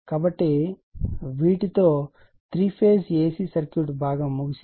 కాబట్టి వీటితో 3 phase AC circuit భాగం ముగిసింది